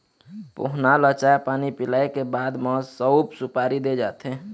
पहुना ल चाय पानी पिलाए के बाद म सउफ, सुपारी दे जाथे